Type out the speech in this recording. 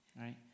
right